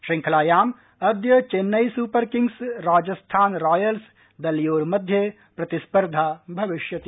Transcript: श्रृंखलायाम् अद्य Chennai Super Kings Rajasthan Royals दलयोर्मध्ये प्रतिस्पर्धा भविष्यति